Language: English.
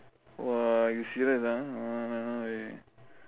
!wah! you serious !wah!